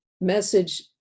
message